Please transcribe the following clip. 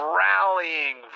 rallying